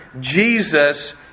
Jesus